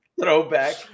throwback